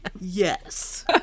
Yes